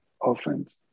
orphans